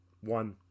one